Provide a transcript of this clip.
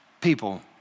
people